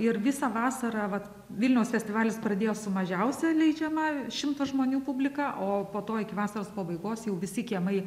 ir visą vasarą vat vilniaus festivalis pradėjo su mažiausia leidžiama šimto žmonių publika o po to iki vasaros pabaigos jau visi kiemai